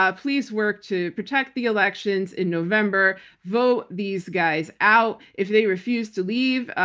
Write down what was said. ah please work to protect the elections in november. vote these guys out. if they refuse to leave,